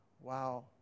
Wow